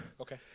Okay